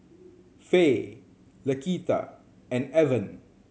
Faye Laquita and Evan